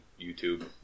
YouTube